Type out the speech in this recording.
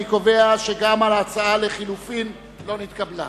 אני קובע שגם ההצעה לחלופין לא נתקבלה.